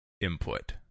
input